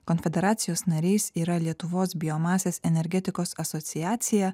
konfederacijos nariais yra lietuvos biomasės energetikos asociacija